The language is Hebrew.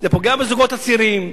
זה פוגע בזוגות הצעירים,